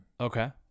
Okay